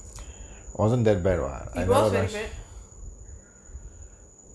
it was very bad